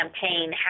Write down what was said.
campaign